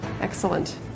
Excellent